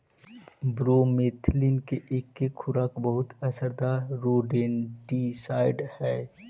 bromethalin के एके खुराक बहुत असरदार रोडेंटिसाइड हई